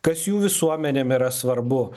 kas jų visuomenėm yra svarbu